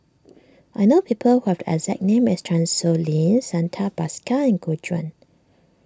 I know people who have the exact name as Chan Sow Lin Santha Bhaskar and Gu Juan